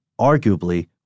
arguably